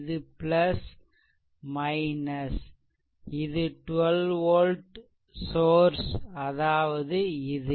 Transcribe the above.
இது இது 12 volt source அதாவது இது